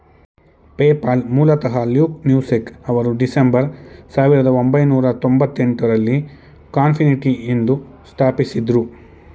PayPal ಮೂಲತಃ Luke Nosek ಅವರು December ಸಾವಿರದ ಒಂಬೈನೂರ ತೊಂಭತ್ತೆಂಟು ರಲ್ಲಿ ಕಾನ್ಫಿನಿಟಿ ಎಂದು ಸ್ಥಾಪಿಸಿದ್ದ್ರು